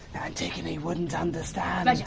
antigone wouldn't understand.